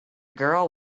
girl